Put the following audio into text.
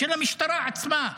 של המשטרה עצמה,